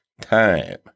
time